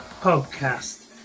podcast